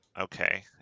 Okay